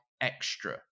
extra